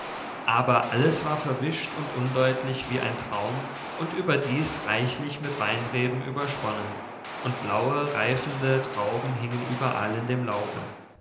aber alles war verwischt und undeutlich wie ein traum und überdies reichlich mit weinreben übersponnen und blaue reifende trauben hingen überall in dem laube